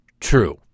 true